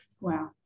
Wow